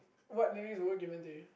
what nickname were given to you